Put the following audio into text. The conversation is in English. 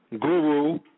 guru